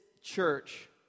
church